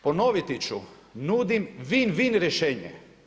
Ponoviti ću nudim win-win rješenje.